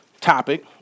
topic